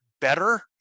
better